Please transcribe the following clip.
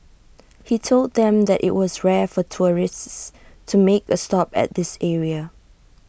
he told them that IT was rare for tourists to make A stop at this area